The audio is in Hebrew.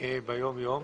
ביום יום.